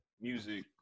Music